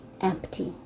empty